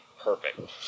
perfect